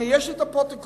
יש לי הפרוטוקול,